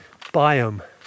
biome